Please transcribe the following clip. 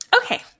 Okay